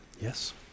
Yes